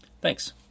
Thanks